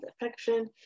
affection